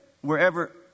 wherever